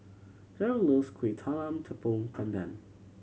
Derl loves Kuih Talam Tepong Pandan